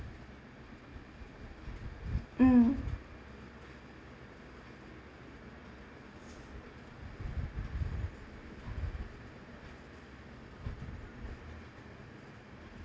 mm